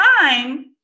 time